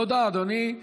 תודה, אדוני.